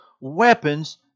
weapons